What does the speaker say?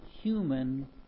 human